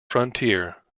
frontier